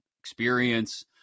experience